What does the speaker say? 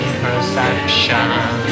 perception